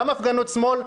גם הפגנות שמאל,